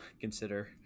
consider